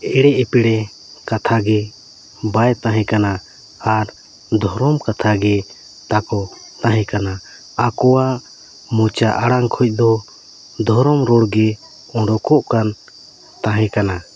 ᱮᱲᱮ ᱮᱯᱮᱲᱮ ᱠᱟᱛᱷᱟᱜᱮ ᱵᱟᱭ ᱛᱟᱦᱮᱸ ᱠᱟᱱᱟ ᱟᱨ ᱫᱷᱚᱨᱚᱢ ᱠᱟᱛᱷᱟᱜᱮ ᱛᱟᱠᱚ ᱛᱟᱦᱮᱸ ᱠᱟᱱᱟ ᱟᱠᱚᱣᱟᱜ ᱢᱚᱪᱟ ᱟᱲᱟᱝ ᱠᱷᱚᱡ ᱫᱚ ᱫᱷᱚᱨᱚᱢ ᱨᱚᱲᱜᱮ ᱚᱸᱰᱚᱠᱚᱜ ᱠᱟᱱ ᱛᱟᱦᱮᱸ ᱠᱟᱱᱟ